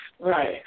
Right